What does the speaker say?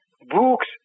Books